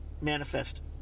manifest